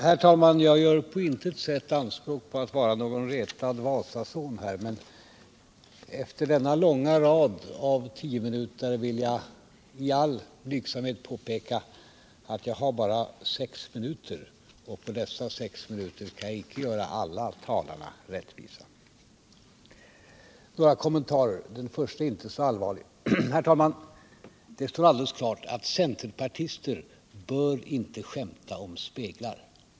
Herr talman! Jag gör på intet sätt anspråk på att vara någon retad Vasason, men efter denna långa rad av tiominutersanföranden vill jag i all blygsamhet påpeka att jag har bara sex minuter. På dessa kan jag icke göra alla talarna rättvisa. Några kommentarer — den första inte så allvarlig. Herr talman! Det står alldeles klart att centerpartister inte bör skämta om speglar.